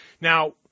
Now